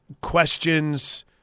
questions